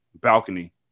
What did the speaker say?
balcony